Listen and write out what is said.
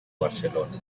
barcelona